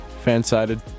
Fan-sided